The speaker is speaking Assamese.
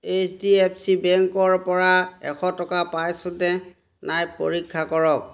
এইচ ডি এফ চি বেংকৰপৰা এশ টকা পাইছোনে নাই পৰীক্ষা কৰক